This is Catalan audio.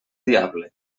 diable